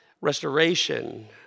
restoration